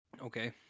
Okay